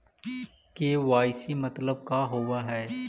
KYC मतलब का होव हइ?